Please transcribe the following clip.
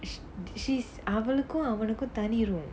that is அவனுக்கும் அவளுக்கும் தனி:avanukkum avalukkum thani room